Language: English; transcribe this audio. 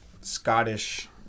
Scottish